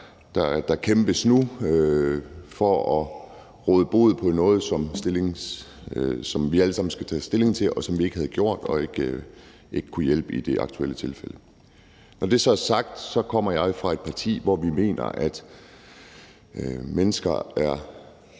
der kæmpes nu for at råde bod på noget, som vi alle sammen skal tage stilling til, og som vi ikke havde gjort, og hvor vi ikke kunne hjælpe i det aktuelle tilfælde. Når det så er sagt, kommer jeg fra et parti, hvor vi mener, at mennesker er